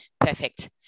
Perfect